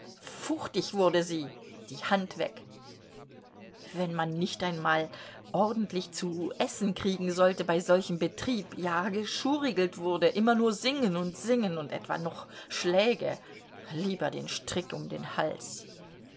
fuchtig wurde sie die hand weg wenn man nicht einmal ordentlich zu essen kriegen sollte bei solchem betrieb ja geschuriegelt wurde immer nur singen und singen und etwa noch schläge lieber den strick um den hals